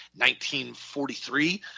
1943